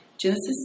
Genesis